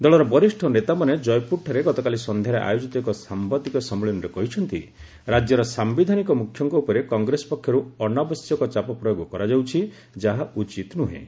ଦଳର ବରିଷ୍ଠ ନେତାମାନେ ଜୟପୁରଠାରେ ଗତକାଲି ସନ୍ଧ୍ୟାରେ ଆୟୋଜିତ ଏକ ସାମ୍ଭାଦିକ ସମ୍ମଳିନୀରେ କହିଛନ୍ତି ରାଜ୍ୟର ସାୟିଧାନିକ ମୁଖ୍ୟଙ୍କ ଉପରେ କଂଗ୍ରେସ ପକ୍ଷରୁ ଅନାବଶ୍ୟକ ଚାପ ପ୍ରୟୋଗ କରାଯାଉଛି ଯାହା ଉଚିତ ନୁହେଁ